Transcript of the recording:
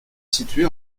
située